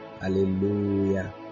Hallelujah